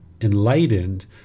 enlightened